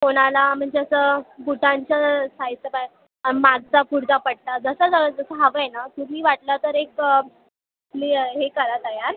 कोणाला म्हणजे असं बुटांचं साईजचं पाय मागचा पुढचा पट्टा जसं ज जसं हवं आहे ना तुम्ही वाटला तर एक क्लिय हे करा तयार